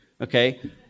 okay